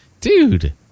dude